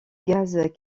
gaz